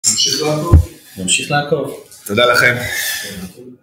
נמשיך לעקוב? נמשיך לעקוב. תודה לכם.